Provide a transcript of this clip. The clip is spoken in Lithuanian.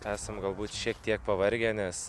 esam galbūt šiek tiek pavargę nes